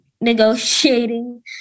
negotiating